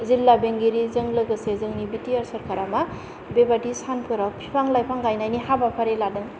जिल्ला बेंगिरिजों लोगोसे जोंनि बि टि आर सोरखारा मा बेबादि सानफोराव बिफां लाइफां गायनायनि हाबाफारि लादों